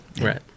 Right